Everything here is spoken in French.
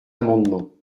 amendement